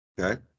Okay